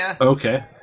Okay